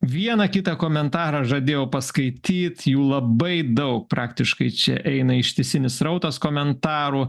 vieną kitą komentarą žadėjau paskaityti jų labai daug praktiškai čia eina ištisinis srautas komentarų